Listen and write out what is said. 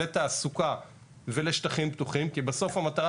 לתעסוקה ולשטחים פתוחים כי בסוף המטרה